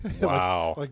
Wow